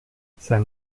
sein